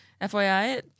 FYI